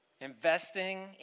Investing